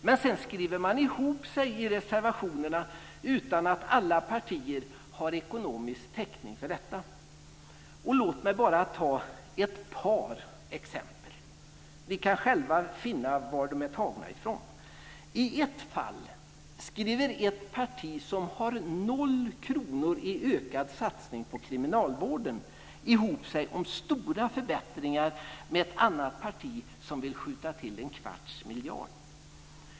Men sedan skriver man ihop sig i reservationerna utan att alla partier har ekonomisk täckning för det hela. Låt mig bara ta ett par exempel. Ni kan själva finna var de är tagna ifrån. I ett fall skriver ett parti som har noll kronor i ökad satsning på kriminalvården ihop sig om stora förbättringar med ett annat parti, som vill skjuta till en kvarts miljard.